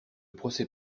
procès